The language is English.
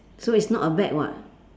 so is not a bag [what]